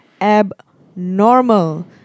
abnormal